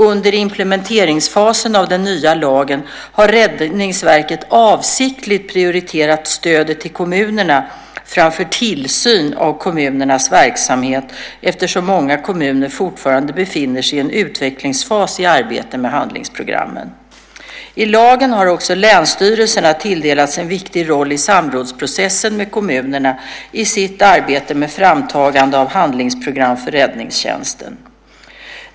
Under implementeringen av den nya lagen har Räddningsverket avsiktligt prioriterat stödet till kommunerna framför tillsynen av kommunernas verksamhet, eftersom många kommuner fortfarande befinner sig i en utvecklingsfas i arbetet med handlingsprogrammen. I lagen har också länsstyrelserna tilldelats en viktig roll i samrådsprocessen med kommunerna i sitt arbete med framtagande av handlingsprogram för räddningstjänsten.